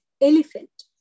elephant